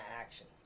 action